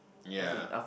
ya